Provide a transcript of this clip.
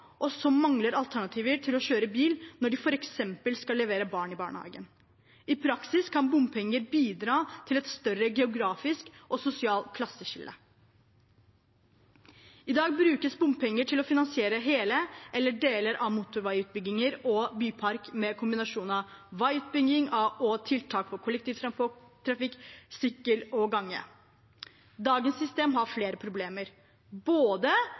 og som mangler alternativer til å kjøre bil når de f.eks. skal levere barn i barnehagen. I praksis kan bompenger bidra til et større geografisk og sosialt klasseskille. I dag brukes bompenger til å finansiere hele eller deler av motorveiutbygginger og bypakker med kombinasjon av veiutbygging, tiltak for kollektivtransport, sykkel og gange. Dagens system har flere problemer, med hensyn til både